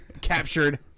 Captured